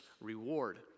reward